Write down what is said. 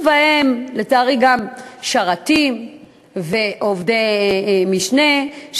ובהם לצערי גם שרתים ועובדי משנה,